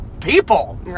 people